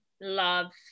love